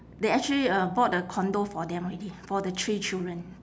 they actually uh bought a condo for them already for the three children